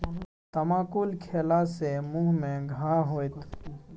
तमाकुल खेला सँ मुँह मे घाह होएत